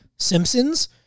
Simpsons